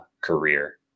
career